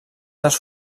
dels